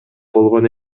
болгон